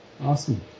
Awesome